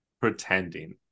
pretending